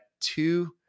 two